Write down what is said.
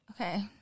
Okay